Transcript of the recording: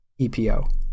EPO